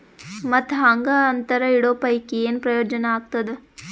ಮತ್ತ್ ಹಾಂಗಾ ಅಂತರ ಇಡೋ ಪೈಕಿ, ಏನ್ ಪ್ರಯೋಜನ ಆಗ್ತಾದ?